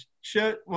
shirt